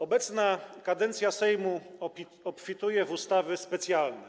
Obecna kadencja Sejmu obfituje w ustawy specjalne.